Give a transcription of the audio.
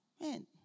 man